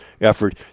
effort